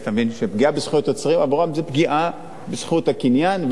מבין שפגיעה בזכויות יוצרים עבורם זאת פגיעה בזכות הקניין,